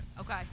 Okay